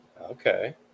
Okay